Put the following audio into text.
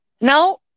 Now